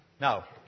Now